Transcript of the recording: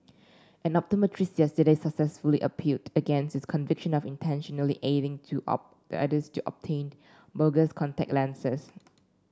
an optometrist yesterday successfully appealed against his conviction of intentionally aiding two of the others to obtain bogus contact lenses